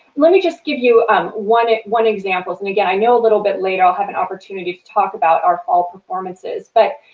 let me just give you um one one example, and again i know a little bit later i'll have an opportunity to talk about our fall performances, but